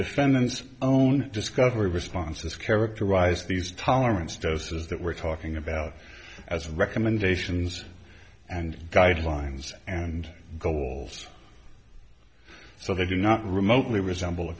defendant's own discovery responses characterize these tolerance doses that we're talking about as recommendations and guidelines and goals so they do not remotely resemble a